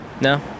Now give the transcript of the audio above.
no